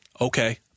Okay